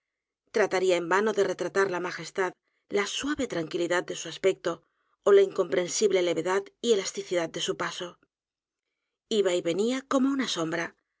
trataría en vano de retratar la majestad la suave tranquilidad de su aspecto ó la incomprensible levedad y elasticidad de su paso iba y venía como una sombra